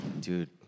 Dude